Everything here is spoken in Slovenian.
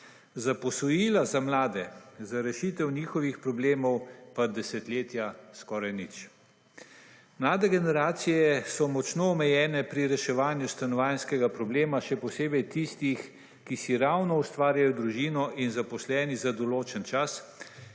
Za posojila za mlade, za rešitev njihovih problemov pa desetletja skoraj nič. Mlade generacije so močno omejene pri reševanju stanovanjskega problema še posebej tistih, ki si ravno ustvarjajo družino in zaposleni za določen čas,